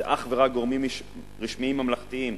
זה רק גורמים רשמיים ממלכתיים,